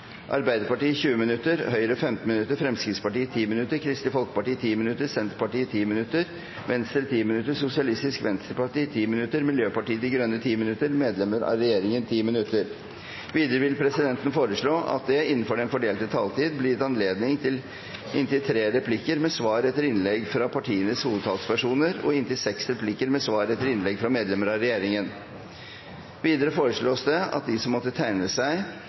Arbeiderpartiet 20 minutter, Høyre 15 minutter, Fremskrittspartiet 10 minutter, Kristelig Folkeparti 10 minutter, Senterpartiet 10 minutter, Venstre 10 minutter, Sosialistisk Venstreparti 10 minutter, Miljøpartiet De Grønne 10 minutter og medlemmer av regjeringen 10 minutter. Videre vil presidenten foreslå at det – innenfor den fordelte taletid – blir gitt anledning til inntil tre replikker med svar etter innlegg fra partienes hovedtalspersoner og inntil seks replikker med svar etter innlegg fra medlemmer av regjeringen. Videre foreslås det at de som måtte tegne seg